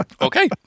Okay